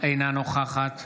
אינה נוכחת